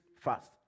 fast